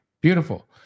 beautiful